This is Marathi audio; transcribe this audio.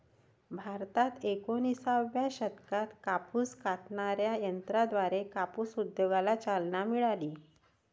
भारतात एकोणिसाव्या शतकात कापूस कातणाऱ्या यंत्राद्वारे कापूस उद्योगाला चालना मिळाली